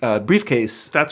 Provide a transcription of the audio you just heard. briefcase